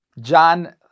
John